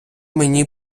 мені